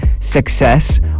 Success